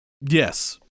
Yes